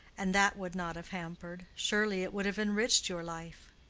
and that would not have hampered surely it would have enriched your life.